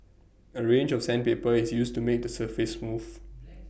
A range of sandpaper is used to make the surface smooth